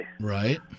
Right